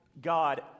God